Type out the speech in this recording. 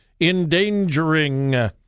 endangering